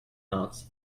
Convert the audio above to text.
not